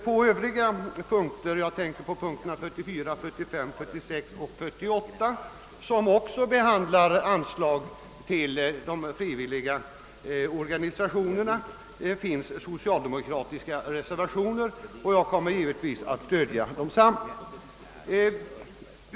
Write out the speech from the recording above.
Vid övriga punkter, punkterna 44, 45, 46 och 48, som också behandlar anslag till de frivilliga organisationerna, finns socialdemokratiska reservationer, och jag kommer givetvis att stödja dem.